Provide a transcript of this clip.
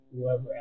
whoever